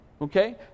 Okay